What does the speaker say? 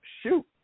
shoot